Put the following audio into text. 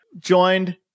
joined